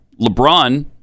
LeBron